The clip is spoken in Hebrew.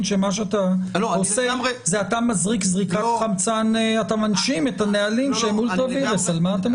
שמה שאתה עושה זה להנשים את הנהלים --- על מה אתם מדברים?